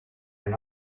can